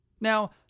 Now